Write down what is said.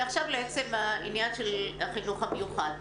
ועכשיו לעצם העניין של החינוך המיוחד.